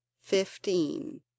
Fifteen